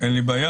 אין לי בעיה,